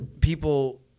people